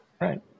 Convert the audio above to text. Right